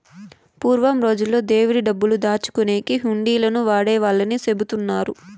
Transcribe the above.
పూర్వం రోజుల్లో దేవుడి డబ్బులు దాచుకునేకి హుండీలను వాడేవాళ్ళని చెబుతున్నారు